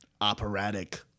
operatic